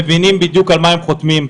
מבינים בדיוק על מה הם חותמים,